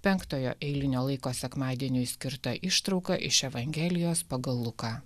penktojo eilinio laiko sekmadieniui skirta ištrauka iš evangelijos pagal luką